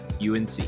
UNC